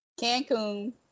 Cancun